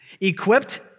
Equipped